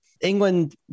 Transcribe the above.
England